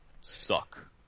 suck